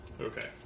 Okay